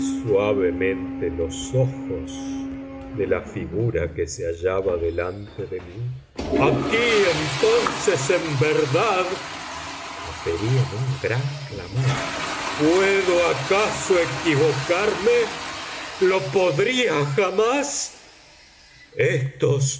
suavemente los ojos de la figura que se hallaba delante de mí aquí entonces en verdad proferí en un gran clamor puedo acaso equivocarme lo podría jamás estos